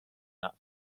that